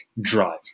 drive